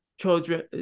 children